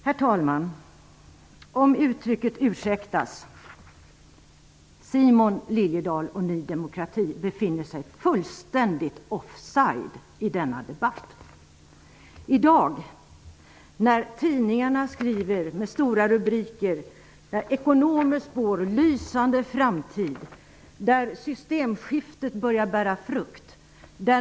Herr talman! Om uttrycket ursäktas: Simon Liliedahl och Ny demokrati befinner sig fullständigt offside i denna debatt. I dag skriver tidningarna med stora rubriker och ekonomer spår en lysande framtid. Systemskiftet börjar att bära frukt.